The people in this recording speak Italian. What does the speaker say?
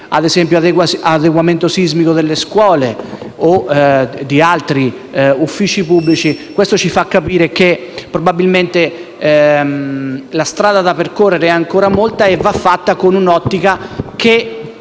ad esempio, di adeguamento sismico delle scuole o di altri uffici pubblici, ciò ci fa capire che, probabilmente, la strada da percorrere è ancora molta e va percorsa nel